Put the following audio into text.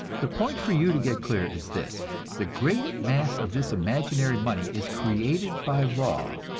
the point for you to get clear is this the great mass of this imaginary money is created by law,